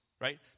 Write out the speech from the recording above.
right